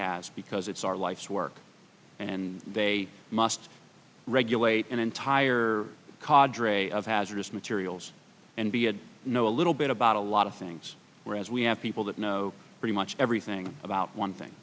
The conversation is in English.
has because it's our life's work and they must regulate an entire qadri of hazardous materials and be a you know a little bit about a lot of things whereas we have people that know pretty much everything about one thing